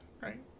Right